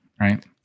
right